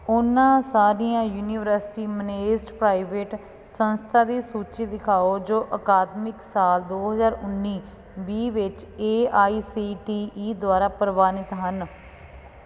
ਉਨ੍ਹਾਂ ਸਾਰੀਆਂ university managed private ਸੰਸਥਾ ਦੀ ਸੂਚੀ ਦਿਖਾਓ ਜੋ ਅਕਾਦਮਿਕ ਸਾਲ ਦੋ ਹਜ਼ਾਰ ਉੱਨੀ ਵੀਹ ਵਿੱਚ A I C T E ਦੁਆਰਾ ਪ੍ਰਵਾਨਿਤ ਹਨ